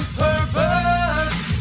purpose